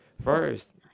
first